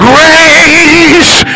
Grace